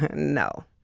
no.